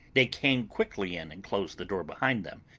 they came quickly in and closed the door behind them,